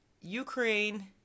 Ukraine